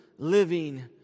living